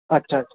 अच्छा अच्छा